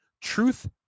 Truth